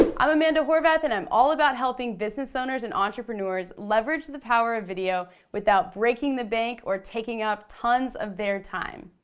i'm amanda horvath and i'm all about helping business owners and entrepreneurs leverage the power of video without breaking the bank or taking up tons of their time.